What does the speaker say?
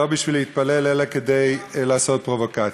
לא בשביל להתפלל אלא כדי לעשות פרובוקציה.